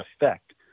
effect